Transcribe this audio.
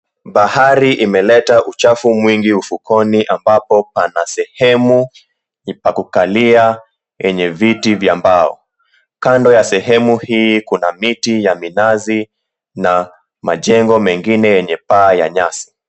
Bahari imeleta uchafu mwingi ufukoni ambapo pana sehemu pa kukalia yenye viti vya mbao. Kando ya sehemu hii kuna miti ya minazi na majengo mengine yenye paa ya nyasi.